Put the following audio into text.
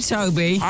Toby